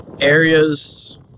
areas